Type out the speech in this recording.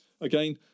Again